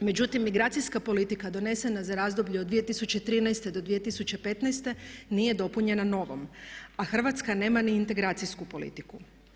Međutim, migracijska politika donesena za razdoblje od 2013. do 2015. nije dopunjena novom, a Hrvatska nema ni integracijsku politiku.